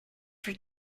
for